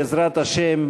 בעזרת השם,